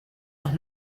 los